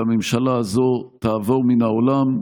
והממשלה הזאת תעבור מן העולם,